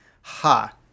ha